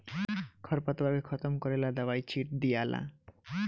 खर पतवार के खत्म करेला दवाई छिट दियाला